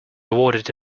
awarded